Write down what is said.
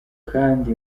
kandi